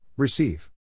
Receive